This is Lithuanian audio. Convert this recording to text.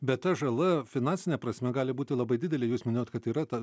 bet ta žala finansine prasme gali būti labai didelė jūs minėjot kad yra ta